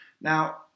Now